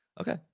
Okay